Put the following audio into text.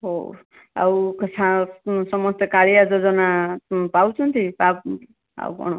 ହଉ ଆଉ ତ ସମସ୍ତେ ସମସ୍ତେ କାଳିଆ ଯୋଜନା ପାଉଛନ୍ତି ଆଉ କଣ